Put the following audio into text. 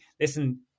listen